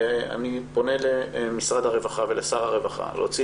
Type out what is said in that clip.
אני פונה למשרד הרווחה ולשר הרווחה להוציא